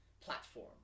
platform